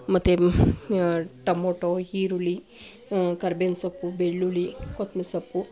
ಮತ್ತು ಟೊಮೊಟೊ ಈರುಳ್ಳಿ ಕರ್ಬೇವಿನ ಸೊಪ್ಪು ಬೆಳ್ಳುಳ್ಳಿ ಕೊತ್ತಂಬ್ರಿ ಸೊಪ್ಪು